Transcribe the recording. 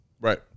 Right